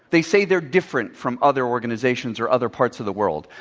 they say they're different from other organizations or other parts of the world,